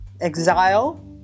Exile